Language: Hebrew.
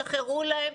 שחררו להם,